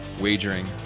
wagering